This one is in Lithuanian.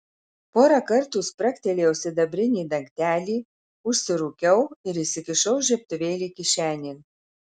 porą kartų spragtelėjau sidabrinį dangtelį užsirūkiau ir įsikišau žiebtuvėlį kišenėn